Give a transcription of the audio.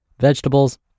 vegetables